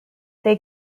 they